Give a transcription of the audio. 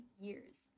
years